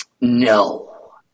No